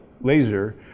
laser